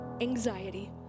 anxiety